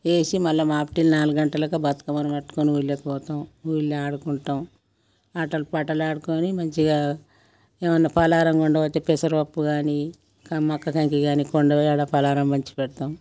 వేసీ మళ్ళీ మాపటేల నాలుగు గంటలకి బతుకమ్మను పట్టుకొని ఊరిలోకి పోతాం ఊరిలో ఆడుకుంటాం ఆటలు పాటలాడుకోని మంచిగా ఏమన్నా పలారం వండకపోతే పెసరపప్పు గాని ఇంకా మొక్కకంకి గాని కొండపోయి ఆడ పలారం పంచి పెడతాము